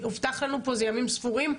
הובטח לנו פה שזה ימים ספורים,